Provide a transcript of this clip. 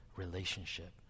relationship